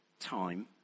time